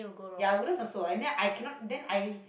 ya I wouldn't also and then I cannot then I